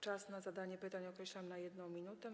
Czas na zadanie pytania określam na 1 minutę.